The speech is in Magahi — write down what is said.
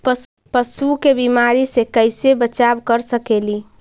पशु के बीमारी से कैसे बचाब कर सेकेली?